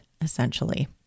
essentially